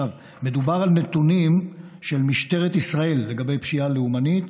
מדובר על נתונים של משטרת ישראל לגבי פשיעה לאומנית,